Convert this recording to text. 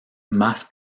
más